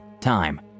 Time